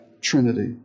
Trinity